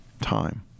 Time